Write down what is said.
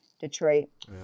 detroit